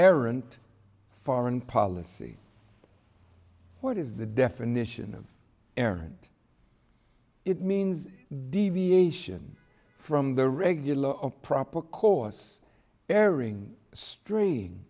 errant foreign policy what is the definition of errant it means deviation from the regular proper course erring strain